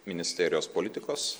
ministerijos politikos